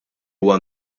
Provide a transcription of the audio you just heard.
huwa